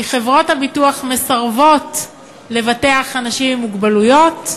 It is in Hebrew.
כי חברות הביטוח מסרבות לבטח אנשים עם מוגבלויות.